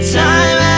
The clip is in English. time